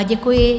Děkuji.